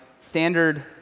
standard